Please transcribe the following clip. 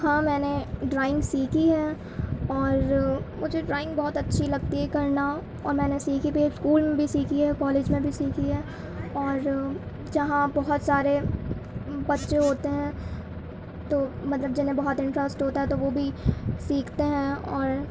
ہاں میں نے ڈرائنگ سیکھی ہے اور مجھے ڈرائنگ بہت اچّھی لگتی ہے کرنا اور میں نے سیکھی بھی ہے اسکول میں بھی سیکھی ہے کالج میں بھی سیکھی ہے اور جہاں بہت سارے بّچے ہوتے ہیں تو مطلب جنہیں بہت انٹرسٹ ہوتا ہے تو وہ بھی سیکھتے ہیں اور